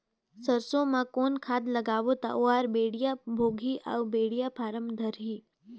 सरसो मा कौन खाद लगाबो ता ओहार बेडिया भोगही अउ बेडिया फारम धारही?